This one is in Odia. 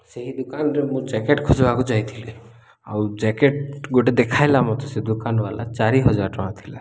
ସେହି ଦୋକାନରେ ମୁଁ ଜ୍ୟାକେଟ୍ ଖୋଜିବାକୁ ଯାଇଥିଲି ଆଉ ଜ୍ୟାକେଟ୍ ଗୋଟେ ଦେଖାଇଲା ମୋତେ ସେ ଦୋକାନବାଲା ଚାରି ହଜାର ଟଙ୍କା ଥିଲା